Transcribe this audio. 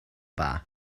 dda